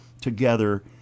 together